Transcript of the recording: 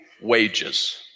wages